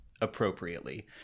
appropriately